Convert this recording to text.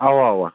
اَوا اَوا